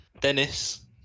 Dennis